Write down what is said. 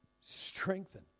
strengthen